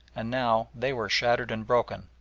and now they were shattered and broken,